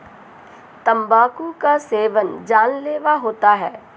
तंबाकू का सेवन जानलेवा होता है